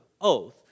oath